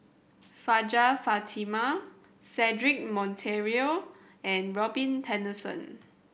Hajjah Fatimah Cedric Monteiro and Robin Tessensohn